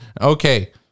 Okay